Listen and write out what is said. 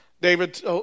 David